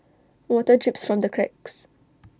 water drips from the cracks